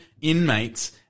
inmates